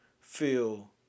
feel